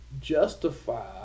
justify